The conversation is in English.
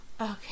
Okay